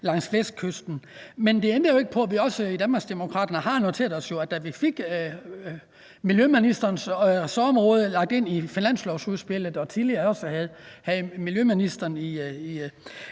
langs Vestkysten. Men det ændrer jo ikke på, at vi også i Danmarksdemokraterne har noteret os, at da vi fik miljøministerens ressortområde lagt ind i finanslovsudspillet og tidligere også havde miljøministeren i